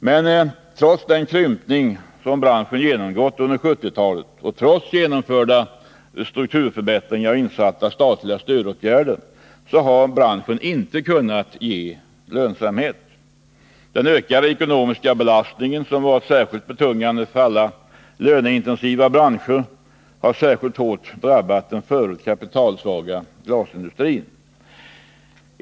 Men trots den krympning branschen genomgått under 1970-talet och trots genomförda strukturförbättringar och insatta statliga stödåtgärder har branschen inte kunnat ge lönsamhet. Den ökande ekonomiska belastningen, som varit betungande för alla löneintensiva branscher, har särskilt hårt drabbat den redan förut kapitalsvaga glasindustrin.